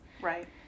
right